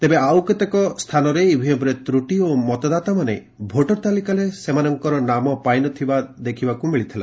ତେବେ କେତେକ ସ୍ଥାନରେ ଇଭିଏମ୍ରେ ତ୍ରଟି ଓ ମତଦାତାମାନେ ଭୋଟର ତାଲିକାରେ ସେମାନଙ୍କ ନାମ ପାଇନଥିବା ଦେଖିବାକୁ ମିଳିଥିଲା